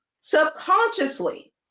subconsciously